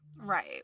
Right